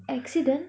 accident